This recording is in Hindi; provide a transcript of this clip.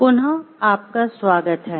पुनः आपका स्वागत है